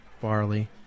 Barley